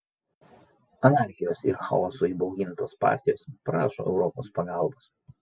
anarchijos ir chaoso įbaugintos partijos prašo europos pagalbos